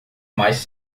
mais